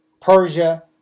Persia